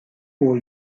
pour